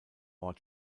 ort